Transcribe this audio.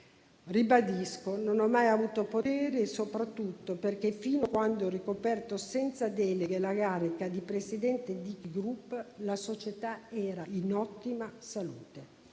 ribadisco che non ho mai avuto poteri e soprattutto che, fino a quando ho ricoperto, senza deleghe, la carica di presidente di Ki Group, la società era in ottima salute.